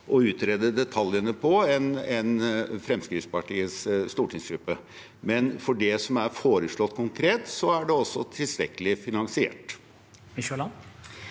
å utrede detaljene på, enn Fremskrittspartiets stortingsgruppe. Men det som er foreslått konkret, er tilstrekkelig finansiert.